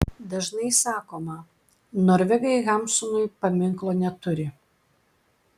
dažnai sakoma norvegai hamsunui paminklo neturi